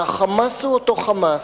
ה"חמאס" הוא אותו "חמאס"